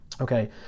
Okay